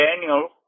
daniel